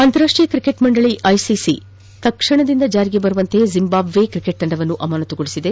ಅಂತಾರಾಷ್ಕೀಯ cricket ಮಂಡಳಿ ICC ತಕ್ಷಣದಿಂದ ಜಾರಿಗೆ ಬರುವಂತೆ ಜಿಂಬಾಂಬೆ ಕ್ರಿಕೆಟ್ ತಂಡವನ್ನು ಅಮಾನತುಗೊಳಿಸಿದೆ